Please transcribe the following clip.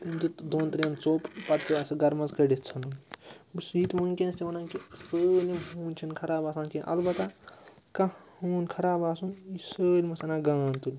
تٔمۍ دیُت دۄن ترٛٮ۪ن ژوٚپ پَتہٕ پیوٚو اَسہِ سُہ گَرٕ منٛز کٔڑِتھ ژھٕنُن بہٕ چھُس یہِ تہِ وَنان چھِ وَنان کہِ سٲلِم یِم ہوٗنۍ چھِنہٕ خراب آسان کیٚنٛہہ اَلبتہ کانٛہہ ہوٗن خراب آسُن یہِ چھِ سٲلمَس اَنان گانٛد تُلِتھ